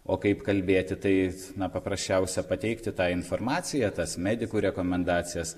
o kaip kalbėti tai na paprasčiausia pateikti tą informaciją tas medikų rekomendacijas